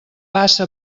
passa